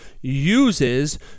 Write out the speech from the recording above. uses